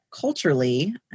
Culturally